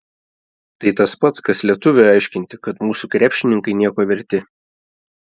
tai tas pats kas lietuviui aiškinti kad mūsų krepšininkai nieko verti